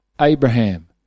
Abraham